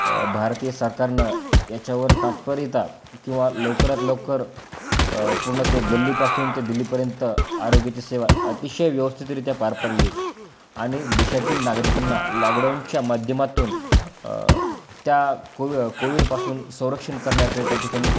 भारतीय सरकारनं याच्यावर तात्पर्यता किंवा लवकरात लवकर पूर्ण ते गल्लीपासून ते दिल्लीपर्यंत आरोग्याची सेवा अतिशय व्यवस्थितरीत्या पार पडली आणि देशातील नागरिकांना लॉकडाऊनच्या माध्यमातून त्या कोवि कोविडपासून संरक्षण करण्याचं त्या ठिकाणी